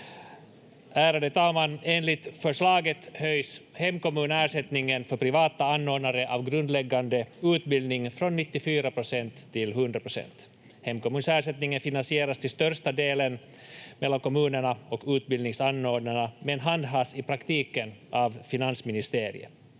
Ärade talman! Enligt förslaget höjs hemkommunsersättningen för privata anordnare av grundläggande utbildning från 94 procent till 100 procent. Hemkommunsersättningen finansieras till största delen mellan kommunerna och utbildningsanordnarna men handhas i praktiken av finansministeriet.